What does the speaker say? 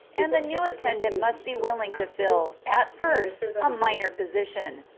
and the new attendant must be willing to fill, at first, a minor position,